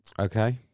Okay